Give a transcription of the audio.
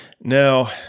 Now